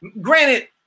granted